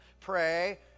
Pray